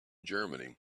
germany